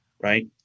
right